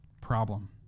problem